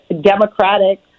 Democratic